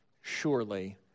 surely